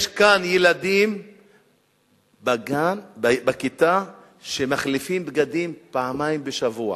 יש כאן ילדים בכיתה שמחליפים בגדים פעמיים בשבוע,